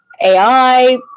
AI